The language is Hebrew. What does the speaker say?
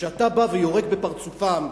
וכשאתה בא ויורק בפרצופם,